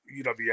UWF